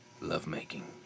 lovemaking